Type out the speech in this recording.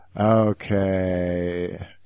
Okay